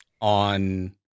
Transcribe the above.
on